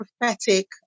prophetic